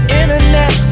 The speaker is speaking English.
internet